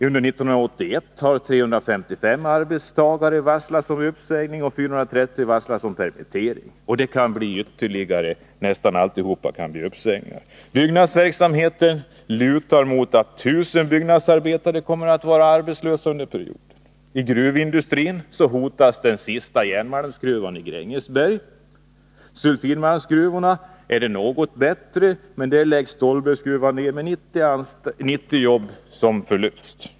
Under 1981 har 355 arbetstagare varslats om uppsägning och 430 varslats om permittering — och det kan bli fråga om uppsägning för nästan alla. Inom byggnadsverksamheten lutar det mot att 1000 byggnadsarbetare kommer att vara arbetslösa under perioden. I gruvindustrin hotas den sista järnmalmsgruvan — i Grängesberg. För sulfidmalmsgruvorna är det något bättre, men Stollbergsgruvan läggs ned, varvid 90 jobb förloras.